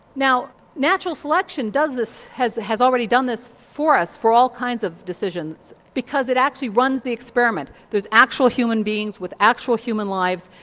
now natural selection does this, has has already done this for us for all kinds of decisions, because it actually runs the experiment. there's actual human beings with actual human lives,